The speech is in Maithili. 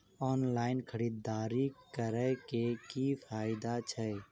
ऑनलाइन खरीददारी करै केँ की फायदा छै?